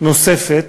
נוספת